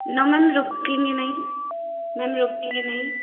न मैम रुकेंगे नहीं रुकेंगे नहीं